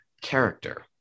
character